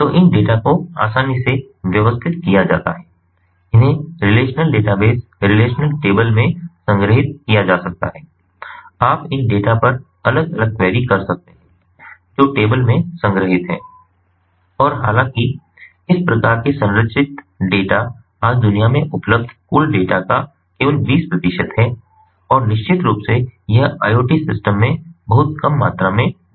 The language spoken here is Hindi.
तो इन डेटा को आसानी से व्यवस्थित किया जाता है उन्हें रिलेशनल डेटाबेस रिलेशनल टेबल में संग्रहीत किया जा सकता है आप इन डेटा पर अलग अलग क्वेरी कर सकते हैं जो टेबल में संग्रहीत हैं और हालाँकि इस प्रकार के संरचित डेटा आज दुनिया में उपलब्ध कुल डेटा का केवल बीस प्रतिशत हैं और निश्चित रूप से यह IoT सिस्टम में बहुत कम मात्रा में डेटा है